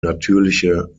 natürliche